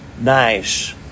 nice